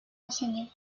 enseignant